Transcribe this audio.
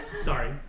Sorry